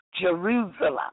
Jerusalem